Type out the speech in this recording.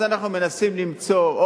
לכן אנחנו מנסים למצוא,